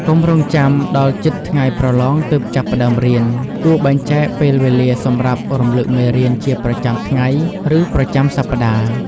កុំរង់ចាំដល់ជិតថ្ងៃប្រឡងទើបចាប់ផ្តើមរៀន គួរបែងចែកពេលវេលាសម្រាប់រំលឹកមេរៀនជាប្រចាំថ្ងៃ ឬប្រចាំសប្តាហ៍។